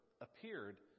appeared